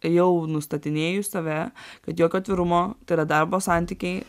jau nustatinėju save kad jokio atvirumo tai yra darbo santykiai